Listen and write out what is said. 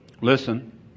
Listen